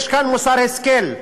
ויש כאן מוסר השכל: